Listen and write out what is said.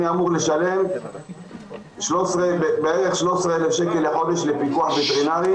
אני אמור לשלם בערך 13,000 שקלים בחודש לפיקוח וטרינרי.